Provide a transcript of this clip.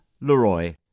Leroy